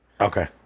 Okay